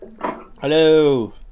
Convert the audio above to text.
Hello